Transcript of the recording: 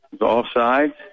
Offside